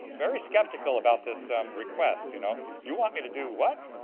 very skeptical about this request. you know you want me to do what?